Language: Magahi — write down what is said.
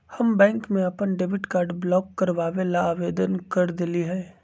हम बैंक में अपन डेबिट कार्ड ब्लॉक करवावे ला आवेदन कर देली है